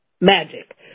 Magic